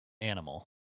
animal